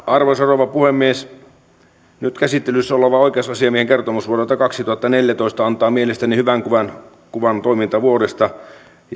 arvoisa rouva puhemies nyt käsittelyssä oleva oikeusasiamiehen kertomus vuodelta kaksituhattaneljätoista antaa mielestäni hyvän kuvan kuvan toimintavuodesta